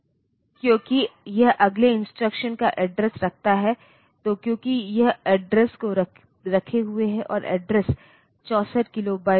तो एड्रेस 0 और डेटा 0 वे पिन नंबर 12 पर डालते हैं एड्रेस 1 और डेटा 1 उन्हें पिन नंबर 13 वगैरह पर डाल दिया जाता है